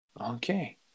Okay